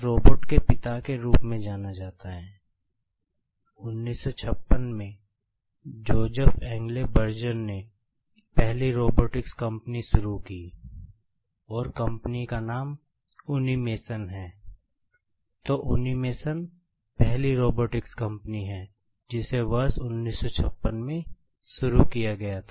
अब मैं रोबोटिक्स जिसे वर्ष 1954 में विकसित किया गया था